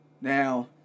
Now